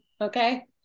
Okay